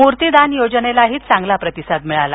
मूर्ती दान योजनेलाही चांगला प्रतिसाद मिळाला